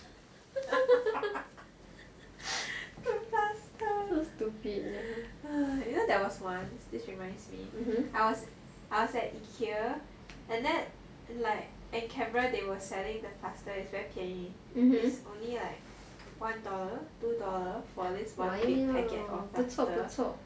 put plaster so stupid you know there was once this reminds me I was at ikea in cameron they were selling like the plaster it's very 便宜 it's only like one dollar two dollar for this one big packet of plaster